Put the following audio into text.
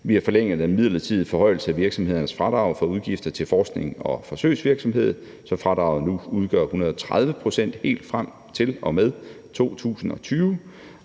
vi har forlænget den midlertidige forhøjelse af virksomhedernes fradrag for udgifter til forsknings- og forsøgsvirksomhed, så fradraget nu udgør 130 pct. helt frem til og med 2020,